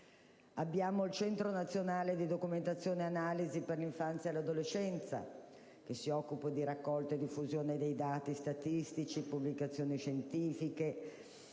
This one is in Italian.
è anche il Centro nazionale di documentazione e analisi per l'infanzia e l'adolescenza, che si occupa di raccolta e diffusione dei dati statistici, pubblicazioni scientifiche,